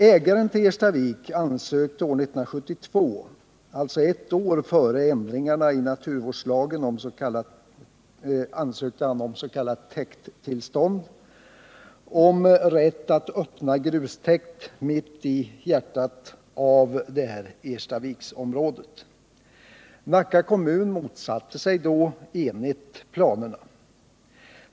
Ägaren till Erstavik ansökte år 1972 — alltså ett år före ändringarna i naturvårdslagen avseende ansökningar om s.k. täkttillstånd — om rätt att Öppna grustäkt mitt i hjärtat av Erstaviksområdet. Nacka kommun motsatte sig då enigt planerna.